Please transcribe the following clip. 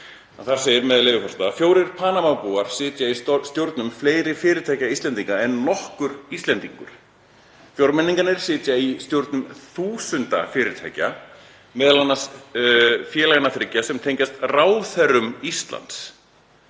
RÚV fyrir sjö árum segir: „Fjórir Panama-búar sitja í stjórnum fleiri fyrirtækja Íslendinga en nokkur Íslendingur. Fjórmenningarnir eru í stjórnum þúsunda fyrirtækja, meðal annars félaganna þriggja sem tengjast ráðherrum Íslands.